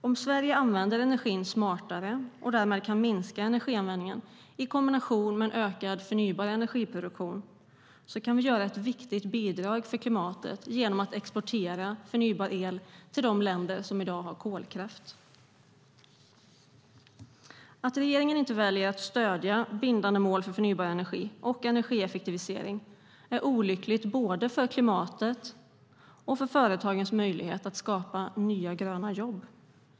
Om Sverige använder energin smartare och därmed kan minska energianvändningen kan vi, i kombination med en ökad förnybar energiproduktion, göra ett viktigt bidrag för klimatet genom att exportera förnybar el till de länder som i dag har kolkraft. Att regeringen inte väljer att stödja bindande mål för förnybar energi och energieffektivisering är olyckligt både för klimatet och för företagens möjlighet att skapa nya, gröna jobb.